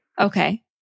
Okay